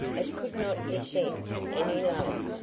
it could not descend any lower.